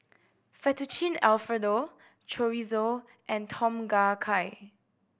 Fettuccine Alfredo Chorizo and Tom Kha Gai